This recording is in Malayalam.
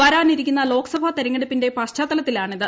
വരാനിരിക്കുന്ന ലോക്സ്ട് ്തിരഞ്ഞെടുപ്പിന്റെ പശ്ചാത്തലത്തിലാണിത്